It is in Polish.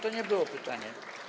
To nie było pytanie.